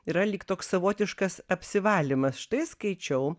yra lyg toks savotiškas apsivalymas štai skaičiau